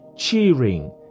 cheering